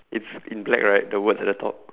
it's in black right the words at the top